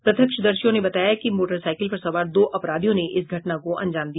प्रत्यक्षदर्शियों ने बताया कि मोटरसाईकिल पर सवार दो अपराधियों ने इस घटना को अंजाम दिया